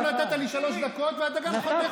אתה גם לא נתת לי שלוש דקות ואתה גם חותך אותי.